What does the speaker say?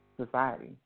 society